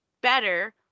better